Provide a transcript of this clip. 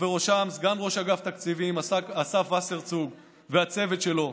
ובראשם סגן ראש אגף תקציבים אסף וסרצוג והצוות שלו,